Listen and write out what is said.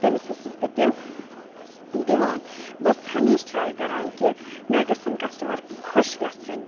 تٔمِس ٲسٕس بہٕ تِم دِوان بہٕ ٲسٕس ہمیشہٕ ٹراے کَران کہِ مےٚ گژھن کَسٹمَر خۄش گَژھٕنۍ